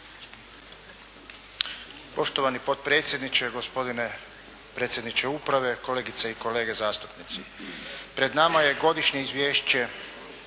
Poštovani potpredsjedniče, gospodine predsjedniče uprave, kolegice i kolege zastupnici. Pred nama je Godišnje